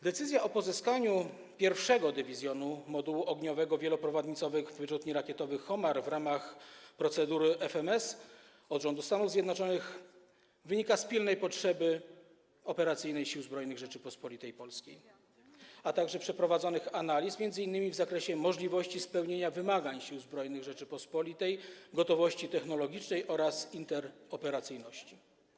Decyzja o pozyskaniu pierwszego dywizjonu modułu ogniowego wieloprowadnicowych wyrzutni rakietowych Homar w ramach procedury FMS od rządu Stanów Zjednoczonych wynika z pilnej potrzeby operacyjnej Sił Zbrojnych Rzeczypospolitej Polskiej, a także przeprowadzonych analiz, m.in. w zakresie możliwości spełnienia wymagań Sił Zbrojnych Rzeczypospolitej, gotowości technologicznej oraz interoperacyjności.